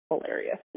hilarious